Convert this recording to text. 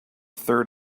third